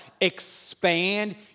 expand